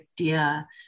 idea